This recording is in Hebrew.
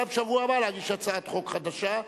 בשבוע הבא להגיש הצעת חוק חדשה,